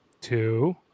two